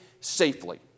safely